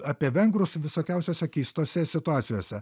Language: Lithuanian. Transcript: apie vengrus visokiausiose keistose situacijose